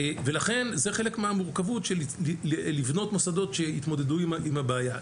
ולכן זה חלק מהמורכבות של לבנות מוסדות שיתמודדו עם הבעיה,